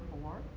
four